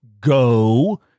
go